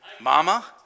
Mama